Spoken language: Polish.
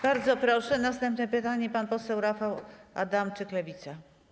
Bardzo proszę, następne pytanie zada pan poseł Rafał Adamczyk, Lewica.